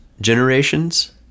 generations